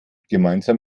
gemeinsam